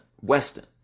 Weston